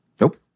Nope